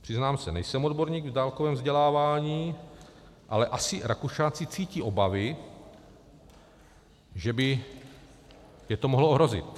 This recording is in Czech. Přiznám se, nejsem odborník v dálkovém vzdělávání, ale asi Rakušáci cítí obavy, že by je to mohlo ohrozit.